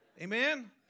Amen